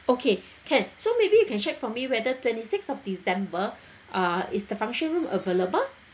okay can so maybe you can check for me whether twenty sixth of december ah is the function room available